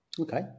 Okay